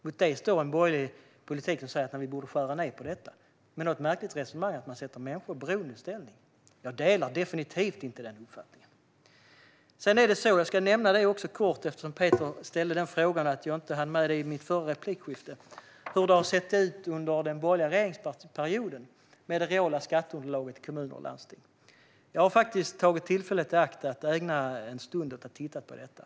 Mot det står en borgerlig politik som säger att vi borde skära ned på detta, med något märkligt resonemang om att det gör att människor hamnar i beroendeställning. Jag delar definitivt inte den uppfattningen. Peter Helander ställde en fråga om hur det såg ut med det reala skatteunderlaget i kommuner och landsting under den borgerliga regeringsperioden som jag inte hann med att svara på i min förra replik, så jag vill nämna något om det. Jag har tagit tillfället i akt att ägna en stund åt att titta på detta.